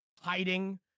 hiding